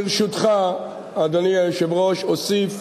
אדוני היושב-ראש, אוסיף,